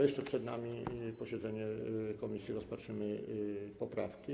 Jeszcze przed nami posiedzenie komisji, rozpatrzymy poprawki.